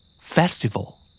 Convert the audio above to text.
Festival